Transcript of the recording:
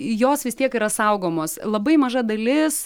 jos vis tiek yra saugomos labai maža dalis